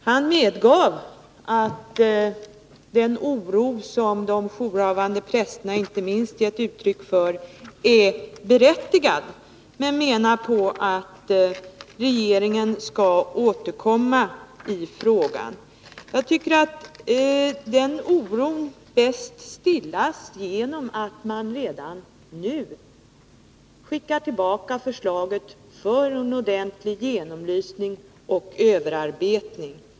Han medgav att den oro som inte minst de jourhavande prästerna gett uttryck för är berättigad, men menar att regeringen skall återkomma i frågan. Jag tycker att den oron bäst stillas genom att man redan nu skickar tillbaka förslaget för en ordentlig genomlysning och överarbetning.